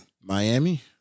Miami